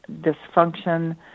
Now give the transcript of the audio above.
dysfunction